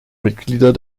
mitglieder